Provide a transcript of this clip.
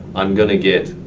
i'm gonna get